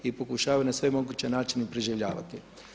I pokušavaju na sve moguće načine preživljavati.